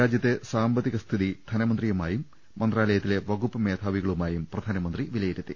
രാജ്യത്തെ സാമ്പത്തിക സ്ഥിതി ധനമന്ത്രിയുമായും മന്ത്രാലയത്തിലെ വകുപ്പ് മേധാവികളുമായും അദ്ദേഹം വില യിരുത്തി